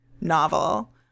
novel